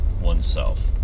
oneself